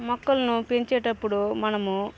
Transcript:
మొక్కలను పెంచేటప్పుడు మనము